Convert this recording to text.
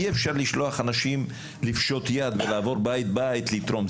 אי אפשר לשלוח אנשים לפשוט יד ולעבור בית בית לתרום,